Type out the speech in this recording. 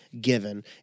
given